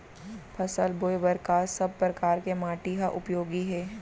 फसल बोए बर का सब परकार के माटी हा उपयोगी हे?